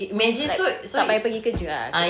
like tak payah pergi kerja ah